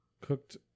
cooked